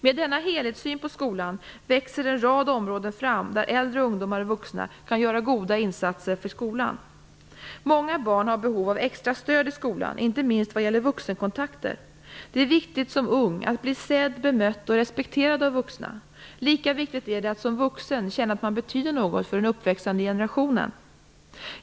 Med denna helhetssyn på skolan växer en rad områden fram där äldre ungdomar och vuxna kan göra goda insatser för skolan. Många barn har behov av extra stöd i skolan, inte minst vad gäller vuxenkontakter. Det är viktigt att som ung bli sedd, bemött och respekterad av vuxna. Lika viktigt är det att som vuxen känna att man betyder något för den uppväxande generationen.